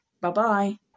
bye-bye